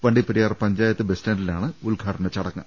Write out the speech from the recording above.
വണ്ടിപ്പെരിയാർ പഞ്ചായത്ത് ബസ്റ്റാന്റിലാണ് ഉദ്ഘാട നചടങ്ങ്